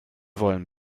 wollen